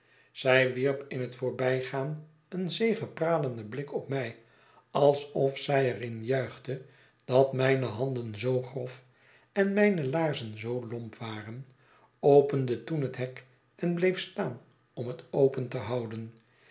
zij wierp in het voorbijgaan een zegepralenden blik op mij alsof zij er in juichte dat mijne handen zoo grof en mijne laarzen zoo lornp waren opende toen het hek en bleef staan om het open te houden